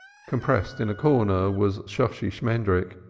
compressed in a corner was shosshi shmendrik,